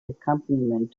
accompaniment